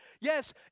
Yes